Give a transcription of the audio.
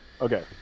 Okay